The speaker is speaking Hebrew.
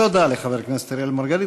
תודה לחבר הכנסת אראל מרגלית.